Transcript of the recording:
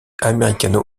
américano